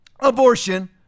abortion